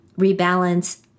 rebalance